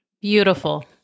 Beautiful